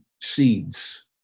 seeds